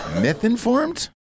Myth-informed